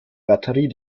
batterie